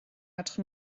edrych